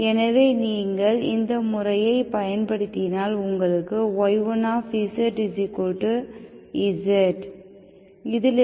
எனவே நீங்கள் இந்த முறையை பயன்படுத்தினால் உங்களுக்கு y1z z ⇒ 2z